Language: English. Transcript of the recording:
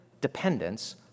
dependence